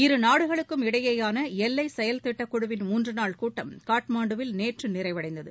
இரு நாடுகளுக்கும் இடையேயான எல்லை செயல் திட்டக்குழுவின் மூன்று நாள் கூட்டம் காட்மாண்டுவில் நேற்று நிறைவடைந்தது